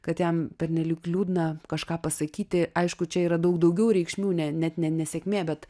kad jam pernelyg liūdna kažką pasakyti aišku čia yra daug daugiau reikšmių ne net ne nesėkmė bet